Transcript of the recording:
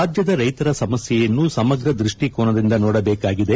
ರಾಜ್ಲದ ರೈತರ ಸಮಸ್ನೆಯನ್ನು ಸಮಗ್ರ ದೃಷ್ಟಿಕೋನದಿಂದ ನೋಡಬೇಕಾಗಿದೆ